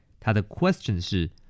他的question是